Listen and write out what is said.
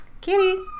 Kitty